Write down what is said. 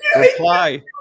Reply